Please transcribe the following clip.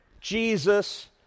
Jesus